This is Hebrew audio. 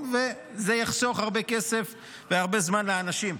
וזה יחסוך הרבה כסף והרבה זמן לאנשים.